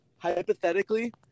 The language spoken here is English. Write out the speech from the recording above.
hypothetically